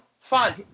Fine